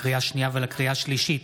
לקריאה שנייה ולקריאה שלישית: